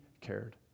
cared